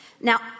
Now